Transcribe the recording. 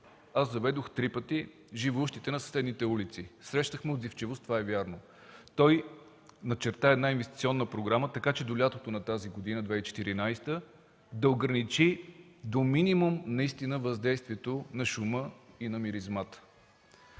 Аз заведох три пъти живущите на съседните улици. Срещнахме отзивчивост. Това е вярно. Той начерта една инвестиционна програма, така че до лятото на 2014 г. да ограничи до минимум въздействието на шума и миризмата.